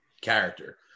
character